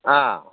आ